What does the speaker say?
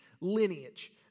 lineage